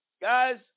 Guys